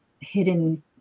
hidden